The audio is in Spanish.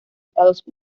estados